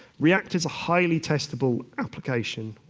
react is a highly testable application,